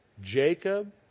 Jacob